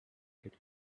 could